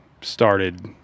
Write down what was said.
started